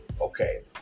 okay